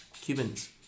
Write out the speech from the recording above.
Cubans